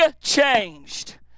changed